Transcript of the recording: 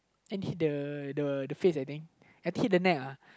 and hit the the face I think I think hit the neck lah